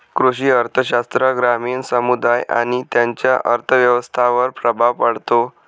कृषी अर्थशास्त्र ग्रामीण समुदाय आणि त्यांच्या अर्थव्यवस्थांवर प्रभाव पाडते